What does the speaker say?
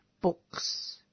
books